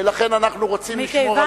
ולכן אנחנו רוצים לשמור על,